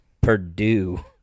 Purdue